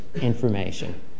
information